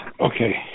Okay